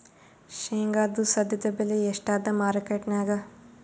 ಶೇಂಗಾದು ಸದ್ಯದಬೆಲೆ ಎಷ್ಟಾದಾ ಮಾರಕೆಟನ್ಯಾಗ?